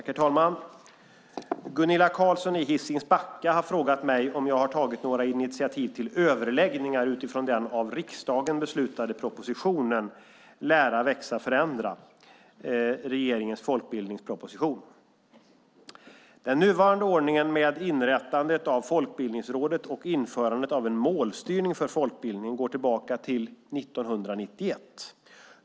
Herr talman! Gunilla Carlsson i Hisings Backa har frågat mig om jag tagit några initiativ till överläggningar utifrån den av riksdagen beslutade propositionen Lära, växa, förändra. Regeringens folkbildningsproposition . Den nuvarande ordningen, med inrättandet av Folkbildningsrådet och införandet av en målstyrning för folkbildningen, går tillbaka till 1991.